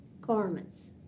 garments